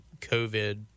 COVID